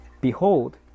Behold